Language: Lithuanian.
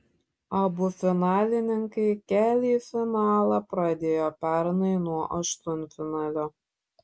abu finalininkai kelią į finalą pradėjo pernai nuo aštuntfinalio